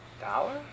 Dollar